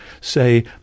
say